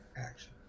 action